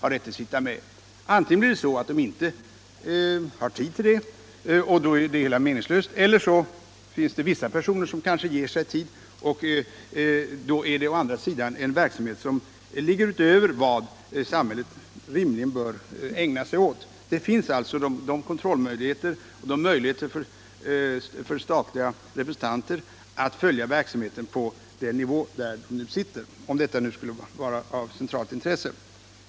Antingen har de inte tid till detta och då är det meningslöst, eller också ger sig vissa personer tid att delta, och då är det en verksamhet som ligger utanför vad samhället rimligen bör ägna sig åt. Det finns redan kontrollmöjligheter, möjligheter för statliga representanter att följa verksamheten på alla nivåer, om detta skulle vara av centralt intresse.